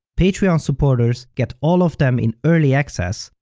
patreon supporters get all of them in early access,